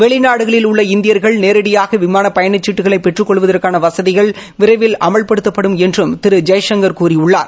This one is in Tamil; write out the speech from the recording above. வெளிநாடுகளில் உள்ள இந்தியா்கள் நேரடியாக விமான பயணச் சீட்டுக்களை பெற்றுக் கொள்வதற்கான வசதிகள் விரைவில் அமல்படுத்தப்படும் என்றும் திரு ஜெய்சங்கள் கூறியுள்ளார்